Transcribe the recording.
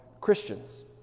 Christians